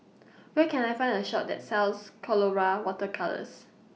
Where Can I Find A Shop that sells Colora Water Colours